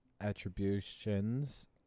attributions